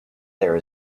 there